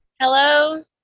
Hello